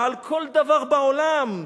מעל כל דבר בעולם.